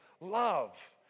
Love